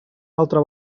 altra